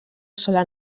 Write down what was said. sola